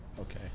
okay